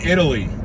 Italy